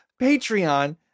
Patreon